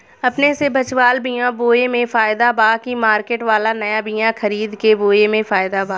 अपने से बचवाल बीया बोये मे फायदा बा की मार्केट वाला नया बीया खरीद के बोये मे फायदा बा?